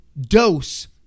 dose